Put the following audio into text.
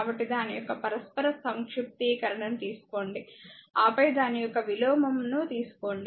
కాబట్టి దాని యొక్క పరస్పర సంక్షిప్తీకరణను తీసుకోండి ఆపై దాని యొక్క విలోమంలో ను తీసుకోండి